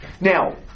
Now